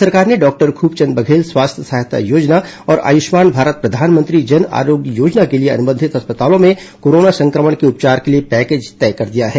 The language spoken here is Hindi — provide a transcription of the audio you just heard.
राज्य सरकार ने डॉक्टर खूबचंद बघेल स्वास्थ्य सहायता योजना और आयुष्मान भारत प्रधानमंत्री जन आरोग्य योजना के लिए अनुबंधित अस्पतालों में कोरोना संक्रमण के उपचार के लिए पैकेज तय कर दिया है